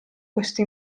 questo